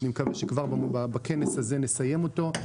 ואני מקווה שכבר בכנס הזה נסיים אותו.